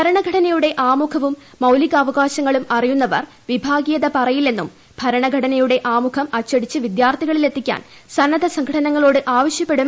ഭരണഘടനയുടെ ആമുഖവും മായലികാവകാശങ്ങളും അറിയുന്നവർ വിഭാഗീയത പറയില്ലെന്നും ഭരണഘടനയുടെ ആമുഖം അച്ചടിച്ചു വിദ്യാർത്ഥികളിലെത്തിക്കാൻ സന്നദ്ധ സംഘടനകളോട് ആവശ്യപ്പെടുമെന്നും അദ്ദേഹം പറഞ്ഞു